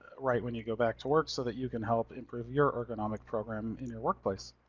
right when you go back to work, so that you can help improve your ergonomic program in your workplace.